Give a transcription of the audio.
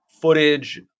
footage